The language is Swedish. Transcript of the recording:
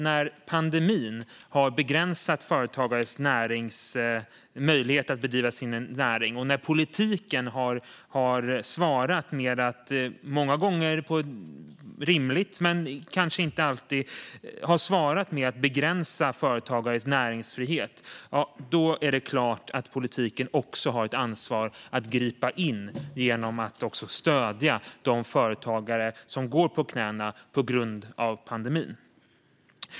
När pandemin har begränsat företagares möjlighet att bedriva sin näring och när politiken har svarat - det har många gånger men kanske inte alltid varit rimligt - med att begränsa företagares näringsfrihet är det klart att politiken har ett ansvar att gripa in genom att också stödja de företagare som går på knäna på grund av pandemin.